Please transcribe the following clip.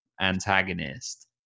antagonist